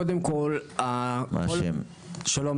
שלום,